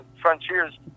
frontiers